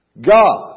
God